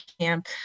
camp